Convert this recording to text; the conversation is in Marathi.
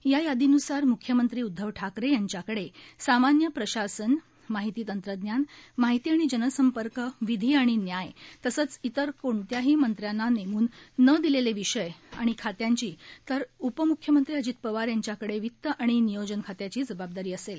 या यादीन्सार मुख्यमंत्री उदधव ठाकरे यांच्याकडे सामान्य प्रशासन माहिती तंत्रज्ञान माहिती आणि जनसंपर्क विधी आणि न्याय तसंच इतर कोणत्याही मंत्र्यांना नेमून न दिलेले विषय आणि खात्यांची तर उपमुख्यमंत्री अजित पवार यांच्याकडे वित्त आणि नियोजन खात्याची जबाबदारी असेल